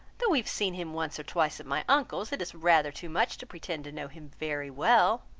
though we have seen him once or twice at my uncle's, it is rather too much to pretend to know him very well.